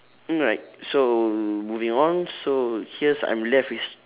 alright so moving on so here's I'm left with s~